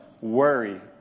worry